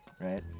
right